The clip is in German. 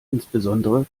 insbesondere